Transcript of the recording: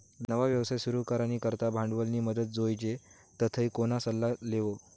नवा व्यवसाय सुरू करानी करता भांडवलनी मदत जोइजे तधय कोणा सल्ला लेवो